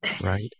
right